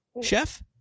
Chef